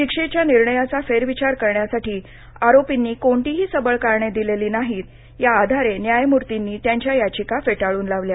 शिक्षेच्या निर्णयाचा फेरविचार करण्यासाठी आरोपींनी कोणतीही सबळ कारणे दिलेली नाहीत या आधारे न्यायमूर्तींनी त्यांच्या याचिका फेटाळून लावली